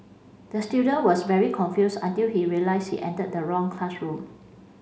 the student was very confused until he realised he entered the wrong classroom